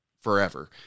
forever